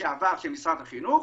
לשעבר של משרד החינוך,